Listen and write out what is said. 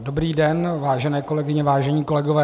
Dobrý den, vážené kolegyně, vážení kolegové.